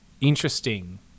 interesting